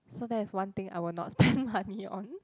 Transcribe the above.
so that is one thing I will not spend money on